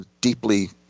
deeply